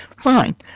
Fine